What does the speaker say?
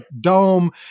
dome